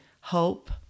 hope